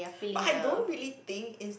but I don't really think it